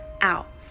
out